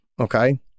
okay